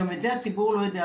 את זה הציבור לא יודע,